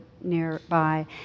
nearby